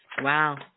Wow